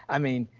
i mean,